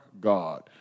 God